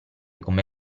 come